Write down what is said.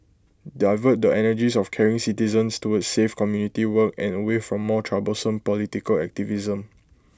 divert the energies of caring citizens towards safe community work and away from more troublesome political activism